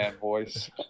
voice